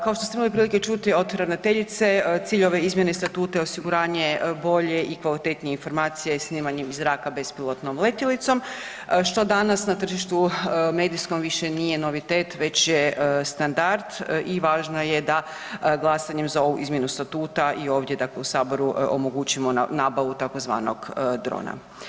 Kao što ste imali prilike čuti od ravnateljice, cilj ove izmjene statuta je osiguranje bolje i kvalitetnije informacije i snimanje iz zraka bespilotnom letjelicom, što danas na tržištu medijskom više nije novitet već je standard i važno je da glasanjem za ovu izmjenu statuta i ovdje, dakle u Saboru omogućimo nabavu tzv. drona.